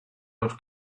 los